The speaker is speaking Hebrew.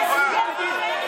להגיב,